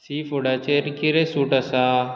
सीफुडाचेर कितें सूट आसा